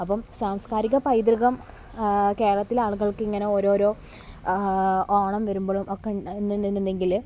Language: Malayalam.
അപ്പം സാംസ്കാരിക പൈതൃകം കേരളത്തിലെ ആളുകൾക്ക് ഇങ്ങനെ ഓരോരോ ഓണം വരുമ്പോഴും ഒക്കെ ഉണ്ട് എന്നുണ്ടെങ്കിൽ